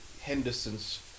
henderson's